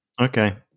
okay